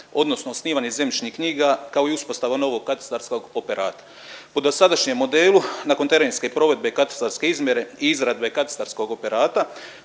odnosno osnivanje zemljišnih knjiga kao i uspostava novog katastarskog operata. Po dosadašnjem modelu nakon terenske provedbe katastarske izmjere i izrade katastarskog operata